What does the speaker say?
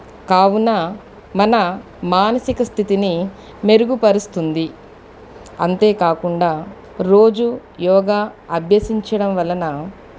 కావున మన మానసిక స్థితిని మెరుగుపరుస్తుంది అంతేకాకుండా రోజూ యోగా అభ్యసించడం వలన